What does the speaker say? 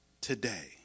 today